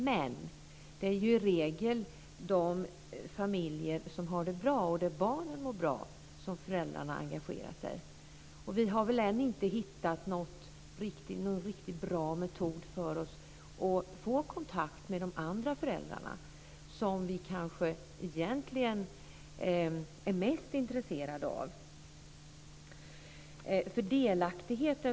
Men det är ju i regel föräldrarna i de familjer som har det bra och där barnen mår bra som engagerar sig. Vi har väl ännu inte hittat någon riktigt bra metod att få kontakt med de andra föräldrarna, som vi kanske egentligen är mest intresserade av.